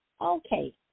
Okay